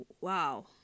Wow